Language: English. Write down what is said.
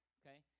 okay